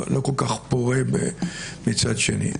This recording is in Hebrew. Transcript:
אבל לא כל כך פורה מצד שני.